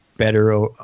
Better